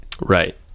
Right